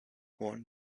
one